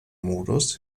modus